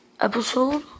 episode